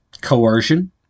coercion